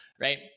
right